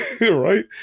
right